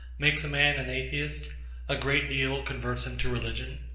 makes a man an atheist a great deal converts him to religion.